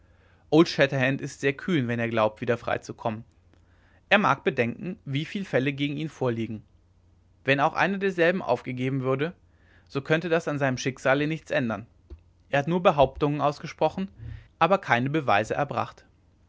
ist sehr kühn wenn er glaubt wieder freizukommen er mag bedenken wie viel fälle gegen ihn vorliegen wenn auch einer derselben aufgegeben würde so könnte das an seinem schicksale nichts ändern er hat nur behauptungen ausgesprochen aber keine beweise erbracht